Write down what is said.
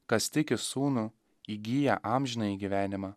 kas tiki sūnų įgyja amžinąjį gyvenimą